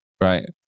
right